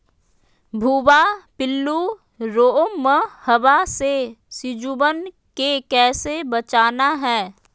भुवा पिल्लु, रोमहवा से सिजुवन के कैसे बचाना है?